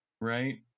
right